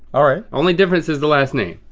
all right. only difference is the last name,